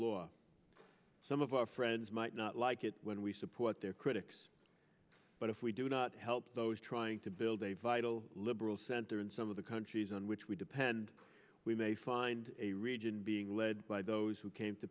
law some of our friends might not like it when we support their critics but if we do not help those trying to build a vital liberal center in some of the countries on which we depend we may find a region being led by those who came to